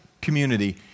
community